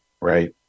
Right